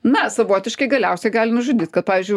na savotiškai galiausiai gali nužudyt kad pavyzdžiu